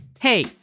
Hey